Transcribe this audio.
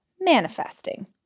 manifesting